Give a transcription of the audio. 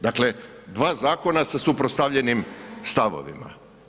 Dakle, dva zakona sa suprotstavljenim stavovima.